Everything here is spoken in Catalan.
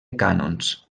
cànons